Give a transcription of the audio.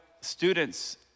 students